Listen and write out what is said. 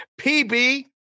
PB